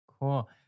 Cool